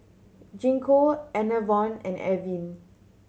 Gingko Enervon and Avene